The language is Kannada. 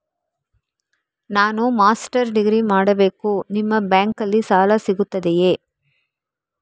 ನಾನು ಮಾಸ್ಟರ್ ಡಿಗ್ರಿ ಮಾಡಬೇಕು, ನಿಮ್ಮ ಬ್ಯಾಂಕಲ್ಲಿ ಸಾಲ ಸಿಗುತ್ತದೆಯೇ?